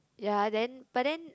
ya then but then